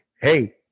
Hey